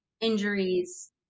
injuries